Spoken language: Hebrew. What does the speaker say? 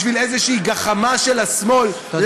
בשביל איזושהי גחמה של השמאל, תודה.